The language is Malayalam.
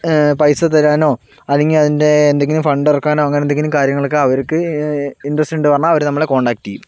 പൈസ തരാനോ അല്ലെങ്കിൽ അതിൻ്റെ എന്തെങ്കിലും ഫണ്ട് ഇറക്കാനൊ അങ്ങനെന്തെങ്കിലും കാര്യങ്ങളക്കെ അവര്ക്ക് ഇൻ്റെറെസ്റ്റ് ഉണ്ട് പറഞ്ഞാൽ അവര് നമ്മളെ കോണ്ടാക്ട് ചെയ്യും